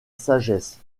sagesse